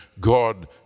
God